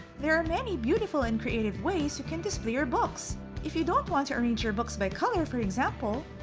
there are many beautiful and creative ways your can display your books. if you don't want to arrange your books by color for example,